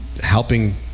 helping